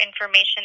information